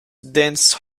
dance